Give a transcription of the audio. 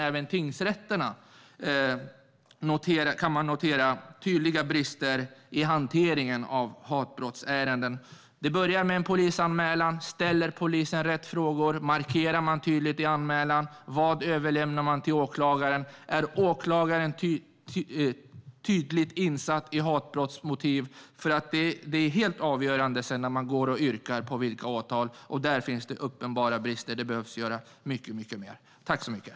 Även hos tingsrätterna kan man notera tydliga brister i hanteringen av hatbrottsärenden. Det börjar med polisanmälan. Ställer polisen rätt frågor? Markerar man tydligt i anmälan? Vad överlämnar man till åklagaren? Är åklagaren tydligt insatt i hatbrottsmotiv? Det är helt avgörande när man sedan yrkar åtal. Där finns uppenbara brister - mycket mer behöver göras.